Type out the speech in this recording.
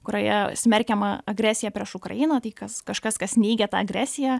kurioje smerkiama agresija prieš ukrainą tai kas kažkas kas neigia tą agresiją